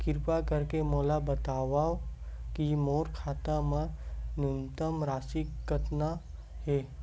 किरपा करके मोला बतावव कि मोर खाता मा न्यूनतम राशि कतना हे